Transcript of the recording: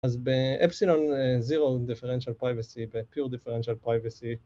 אז באפסילון זירו, differential privacy וpure differential privacy